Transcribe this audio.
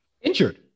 Injured